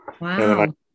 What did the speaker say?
Wow